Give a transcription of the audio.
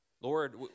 Lord